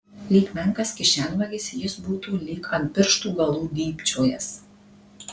lyg menkas kišenvagis jis būtų lyg ant pirštų galų dybčiojąs